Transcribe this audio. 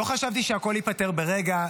לא חשבתי שהכול ייפתר ברגע,